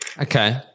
Okay